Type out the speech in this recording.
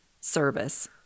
service